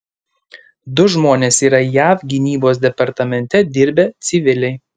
du žmonės yra jav gynybos departamente dirbę civiliai